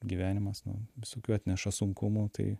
gyvenimas nu visokių atneša sunkumų tai